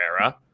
era